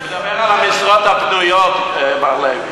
אני מדבר על המשרות הפנויות, מר לוי.